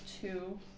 two